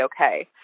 okay